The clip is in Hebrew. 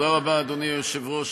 אדוני היושב-ראש,